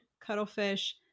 cuttlefish